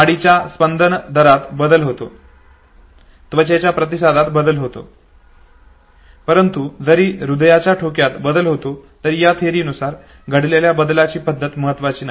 नाडीच्या स्पंदन दरात बदल होतो गॅल्व्हॅनिक त्वचेच्या प्रतिसादात बदल होतो परंतु नंतर जरी हृदयाच्या ठोक्यात बदल होतो तरी या थेअरी नुसार घडलेल्या बदलाची पध्दत महत्त्वाची नाही